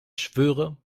schwöre